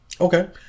Okay